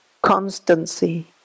constancy